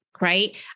Right